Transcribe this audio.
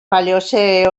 paleocè